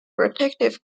protective